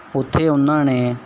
ਉੱਥੇ ਉਹਨਾਂ ਨੇ